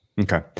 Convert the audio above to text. Okay